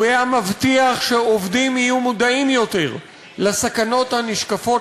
הוא היה מבטיח שעובדים יהיו מודעים יותר לסכנות הנשקפות